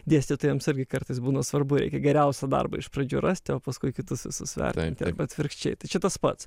dėstytojams irgi kartais būna svarbu reikia geriausią darbą iš pradžių rasti o paskui kitus visus suvertint arba atvirkščiai tai čia tas pats